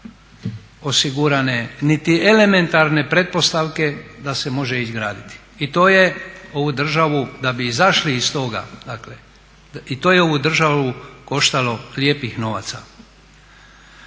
osigurane niti elementarne pretpostavke da se može izgraditi. I to je ovu državu da bi izašli iz toga, to je ovu državu koštalo lijepih novaca.